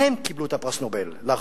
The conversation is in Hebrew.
הם קיבלו פרס נובל לאחרונה.